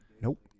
Nope